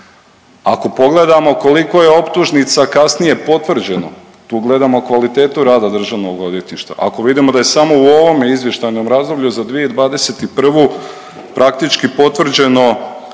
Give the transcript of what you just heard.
Ako pogledamo koliko je optužnica kasnije potvrđeno tu gledamo kvalitetu rada Državnog odvjetništva. Ako vidimo da je samo u ovome izvještajnom razdoblju za 2021. praktički potvrđeno